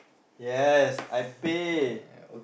yes I pay